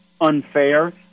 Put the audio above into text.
unfair